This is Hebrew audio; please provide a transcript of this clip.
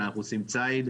אלא אנחנו עושים - ציד.